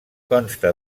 consta